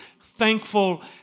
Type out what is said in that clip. thankful